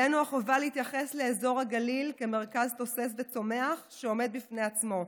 עלינו החובה להתייחס לאזור הגליל כמרכז תוסס וצומח שעומד בפני עצמו,